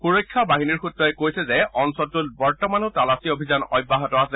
সুৰক্ষা বাহিনীৰ সূত্ৰই কৈছে যে অঞ্চলটোত বৰ্তমানো তালাচী অভিযান অব্যাহত আছে